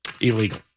illegal